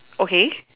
okay